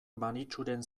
maritxuren